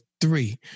three